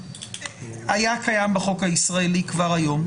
היה קיים בחוק הישראלי כבר היום,